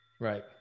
Right